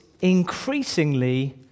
increasingly